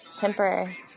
temporary